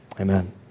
Amen